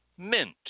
Mint